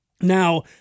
Now